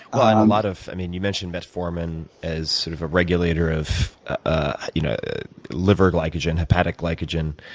and a lot of i mean, you mentioned metformin as sort of a regulator of ah you know liver glycogen, hepatic glycogen.